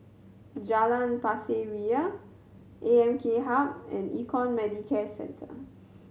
Jalan Pasir Ria A M K Hub and Econ Medicare Centre